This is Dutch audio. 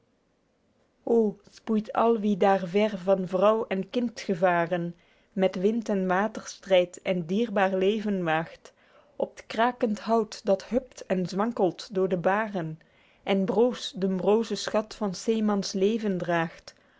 al wie daer ver van vrouw en kind gevaren met wind en water strydt en t dierbaer leven waegt op t krakend hout dat hupt en zwankelt door de baren en broos den broozen schat van s zeemans leven draegt